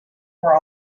were